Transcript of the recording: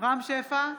רם שפע,